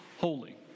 holy